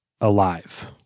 alive